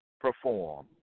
perform